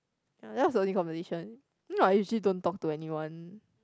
that was the only conversation if not I usually don't talk to anyone